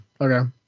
Okay